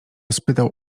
spytał